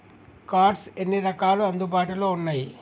Cards ఎన్ని రకాలు అందుబాటులో ఉన్నయి?